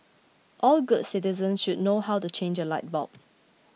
all good citizens should learn how to change a light bulb